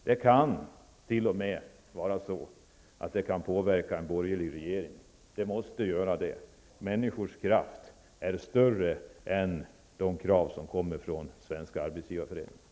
Det kan t.o.m. påverka en borgerlig regering. Det måste göra det. Människors kraft är starkare än de krav som kommer från Svenska arbetsgivareföreningen.